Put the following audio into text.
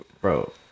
bro